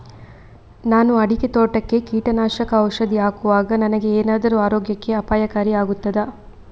ನಾನು ಅಡಿಕೆ ತೋಟಕ್ಕೆ ಕೀಟನಾಶಕ ಔಷಧಿ ಹಾಕುವಾಗ ನನಗೆ ಏನಾದರೂ ಆರೋಗ್ಯಕ್ಕೆ ಅಪಾಯಕಾರಿ ಆಗುತ್ತದಾ?